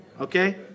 okay